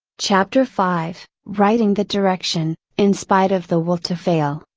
chapter five righting the direction in spite of the will to fail,